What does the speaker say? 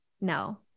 no